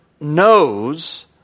knows